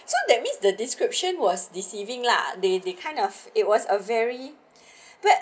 so that means the description was deceiving lah they they kind of it was a very bad